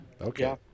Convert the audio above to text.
Okay